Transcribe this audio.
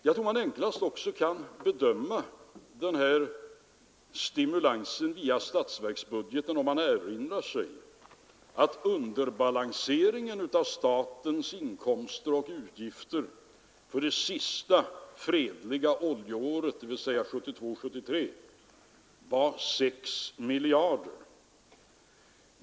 Jag tror också att man enklast kan bedöma denna stimulans via statsbudgeten om man erinrar sig att underbalanseringen av statens inkomster och utgifter för det sista fredliga ”oljeåret”, dvs. 1972/73, var 6 miljarder.